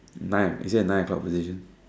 nine is it the nine o-clock position